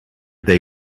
they